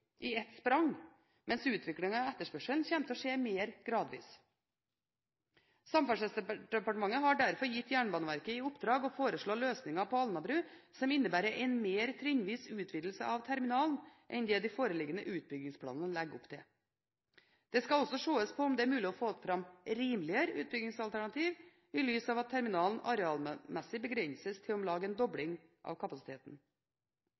i ett sprang, mens utviklingen i etterspørselen kommer til å skje mer gradvis. Samferdselsdepartementet har derfor gitt Jernbaneverket i oppdrag å foreslå løsninger på Alnabru som innebærer en mer trinnvis utvidelse av terminalen enn det de foreliggende utbyggingsplanene legger opp til. Det skal også ses på om det er mulig å få fram rimeligere utbyggingsalternativer i lys av at terminalen arealmessig begrenses til om lag en